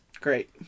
Great